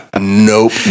nope